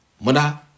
Mother